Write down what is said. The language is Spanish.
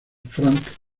frank